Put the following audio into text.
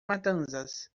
matanzas